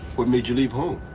what made you leave home?